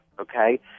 okay